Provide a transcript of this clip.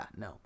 no